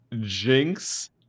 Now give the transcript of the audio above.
Jinx